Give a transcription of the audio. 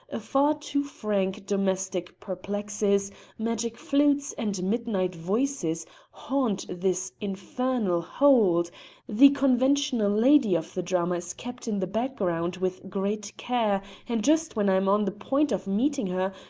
a far too frank domestic perplexes magic flutes and midnight voices haunt this infernal hold the conventional lady of the drama is kept in the background with great care, and just when i am on the point of meeting her,